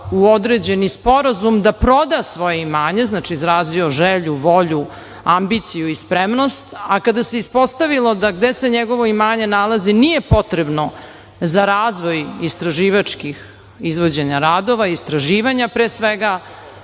u određeni sporazum da proda svoje imanje, znači, izrazio želju, volju, ambiciju i spremnost, a kada se ispostavilo da gde se njegovo imanje nalazi nije potrebno za razvoj istraživačkih izvođenja radova i istraživanja, pre svega,